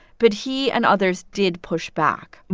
but he and others did push back,